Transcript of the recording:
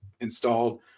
installed